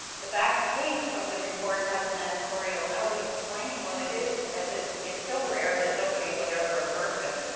the back page of the report has an editorial note explaining what it is, as it is so rare that nobody would ever have heard of it.